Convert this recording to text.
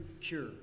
cure